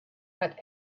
but